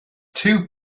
too